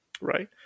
right